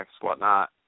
whatnot